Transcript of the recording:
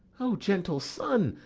o gentle son,